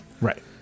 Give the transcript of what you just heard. Right